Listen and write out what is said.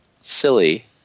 silly